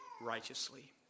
righteously